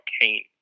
Kane